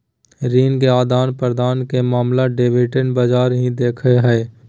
ऋण के आदान प्रदान के मामला डेरिवेटिव बाजार ही देखो हय